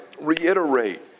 reiterate